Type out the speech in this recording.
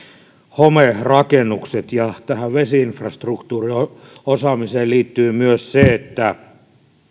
homerakennukset ja tähän vesi infrastruktuuriosaamiseen liittyy myös se että